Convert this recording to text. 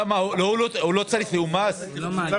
זה